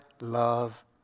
love